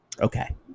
okay